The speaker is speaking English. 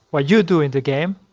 what you do in the game,